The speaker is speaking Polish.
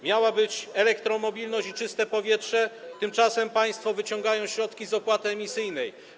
Miała być elektromobilność i czyste powietrze, tymczasem państwo wyciągają środki z opłaty emisyjnej.